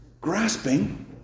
grasping